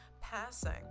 Passing